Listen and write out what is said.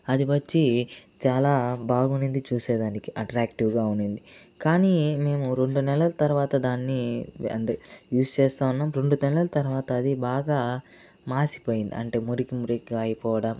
అది వచ్చి చాలా బాగున్నింది చూసేదానికి అట్ట్రాక్టీవ్గా ఉన్నింది కానీ మేము రెండు నెలల తరువాత దాన్ని అండ్ యూస్ చేస్తూ ఉన్నాం రెండునెలల తరువాత అది బాగా మాసిపోయింది అంటే మురికి మురికిగా అయిపోవడం